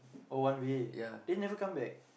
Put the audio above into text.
oh one way then never come back